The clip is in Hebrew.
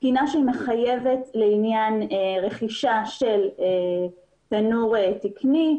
תקינה שהיא מחייבת לעניין רכישה של תנור תקני,